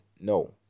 No